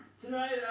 Tonight